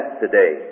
today